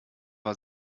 war